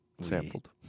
sampled